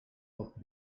poc